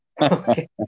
okay